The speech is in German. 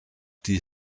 die